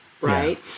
right